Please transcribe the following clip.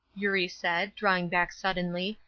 eurie said, drawing back suddenly,